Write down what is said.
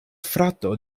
frato